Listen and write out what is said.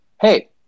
Hey